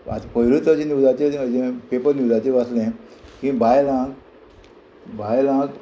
वाच पयरूच तशे न्यूजाचेर अशें पेपर न्यूजाचेर वाचले की बायलांक बायलांक